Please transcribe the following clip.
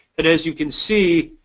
and as you can see,